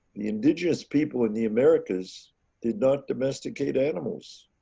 the indigenous people in the americas did not domesticate animals.